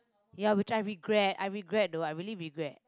ya which I regret I regret though I really regret